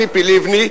ציפי לבני,